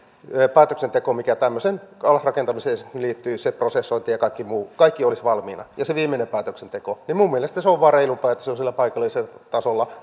päätöksenteko mikä tämmöiseen allasrakentamiseen liittyy se prosessointi ja kaikki muu olisi valmiina ja se viimeinen päätöksenteko niin minun mielestäni se vain on reilumpaa että se on siellä paikallistasolla